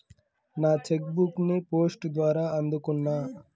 నా cheque book ని post ద్వారా అందుకున్నా